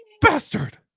Bastard